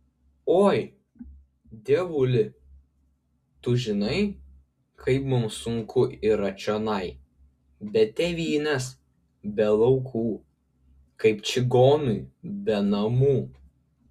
oi dievuli tu žinai kaip mums sunku yra čionai be tėvynės be laukų kaip čigonui be namų